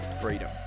freedom